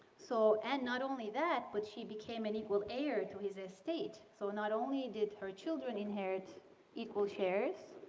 so and not only that, but she became an equal heir to his estate. so not only did her children inherit equal shares